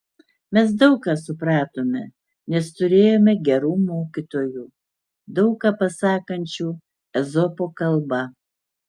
mes daug ką supratome nes turėjome gerų mokytojų daug ką pasakančių ezopo kalba